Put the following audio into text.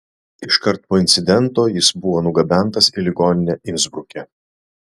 iškart po incidento jis buvo nugabentas į ligoninę insbruke